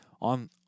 on